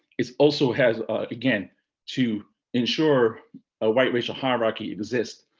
it also has again to ensure a white racial hierarchy exists.